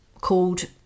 called